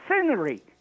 scenery